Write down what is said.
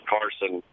Carson